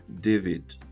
David